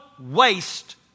waste